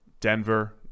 Denver